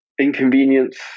inconvenience